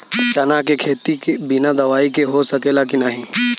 चना के खेती बिना दवाई के हो सकेला की नाही?